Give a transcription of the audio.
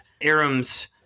Aram's